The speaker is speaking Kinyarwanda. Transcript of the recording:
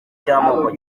cy’amoko